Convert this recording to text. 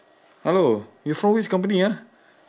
hello you from which company ah